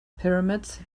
pyramids